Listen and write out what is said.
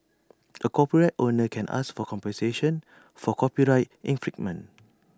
A copyright owner can ask for compensation for copyright infringement